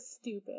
stupid